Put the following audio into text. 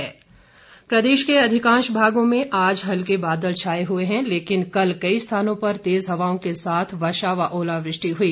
मौसम प्रदेश के अधिकांश भागों में आज हल्के बादल छाए हुए है लेकिन कल कई स्थानों पर तेज़ हवाओं के साथ वर्षा व ओलावृष्टि हुई